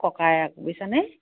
ককায়েৰাক বুজিছানে